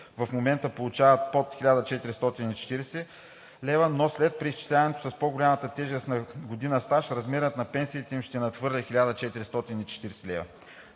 в момента получават под 1440 лв., но след преизчислението с по-голямата тежест на година стаж размерът на пенсията им ще надхвърли 1440 лв.